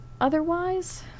otherwise